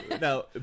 Now